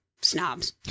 snobs